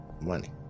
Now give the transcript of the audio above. money